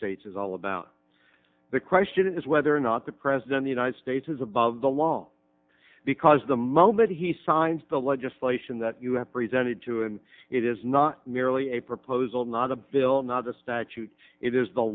states is all about the question is whether or not the president the united states is above the law because the moment he signed the legislation that you have presented to him it is not merely a proposal not a bill not the statute it is the